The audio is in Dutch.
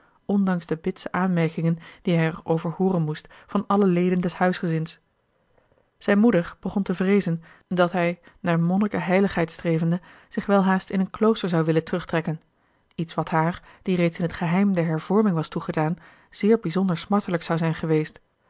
ondanks de bitse aanmerkingen die hij er over hooren moest van alle leden des huisgezins zijne moeder begon te vreezen dat hij naar monniken heiligheid strevende zich welhaast in een klooster zou willen terugtrekken iets wat haar die reeds in t geheim der hervorming was toegedaan zeer bijzonder smartelijk zou zijn geweest